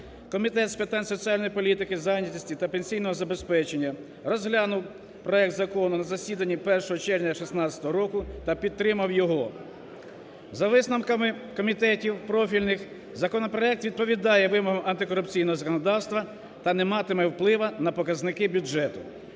Комітет з питань соціальної політики, зайнятості та пенсійного забезпечення розглянув проект закону на засіданні 1 червня 2016 року та підтримав його. За висновками комітетів профільних законопроект відповідає вимогам антикорупційного законодавства та не матиме впливу на показники бюджету.